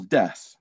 death